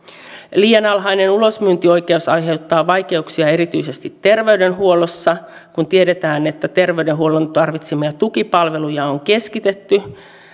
liian alhainen ulosmyyntioikeus aiheuttaa vaikeuksia erityisesti terveydenhuollossa kun tiedetään että terveydenhuollon tarvitsemia tukipalveluja on keskitetty